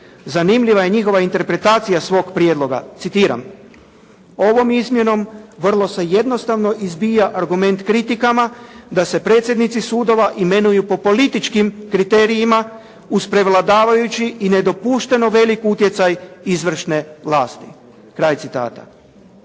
Zanimljiva je njihova interpretacija svog prijedloga. Citiram: “Ovom izmjenom vrlo se jednostavno izbija argument kritikama da se predsjednici sudova imenuju po političkim kriterijima uz prevladavajući i nedopušteno velik utjecaj izvršne vlasti“. Kraj citata.